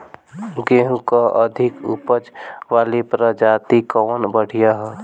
गेहूँ क अधिक ऊपज वाली प्रजाति कवन बढ़ियां ह?